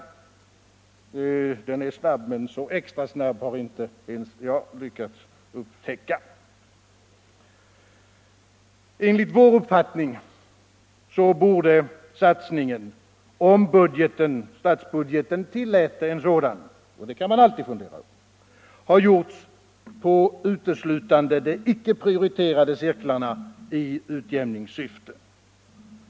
Inflationen är snabb, men att den skulle vara så extra snabb har inte jag lyckats upptäcka. Enligt vår mening borde insatsen, om statsbudgeten tilläte en sådan — Nr 83 — och det kan man alltid fundera över — ha gjorts uteslutande för de Tisdagen den icke prioriterade cirklarna i utjämningssyfte.